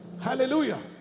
hallelujah